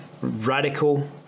Radical